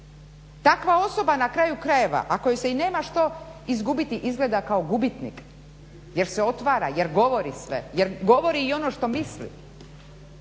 Takva osoba na kraju krajeva ako i nema što izgubiti izgleda kao gubitnik jer se otvara, jer govori sve, jer govori i ono što misli.